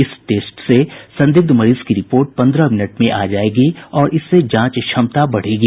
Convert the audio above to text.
इस टेस्ट से संदिग्ध मरीज की रिपोर्ट पन्द्रह मिनट में आ जायेगी और इससे जांच क्षमता बढ़ेगी